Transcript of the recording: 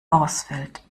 ausfällt